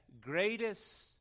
greatest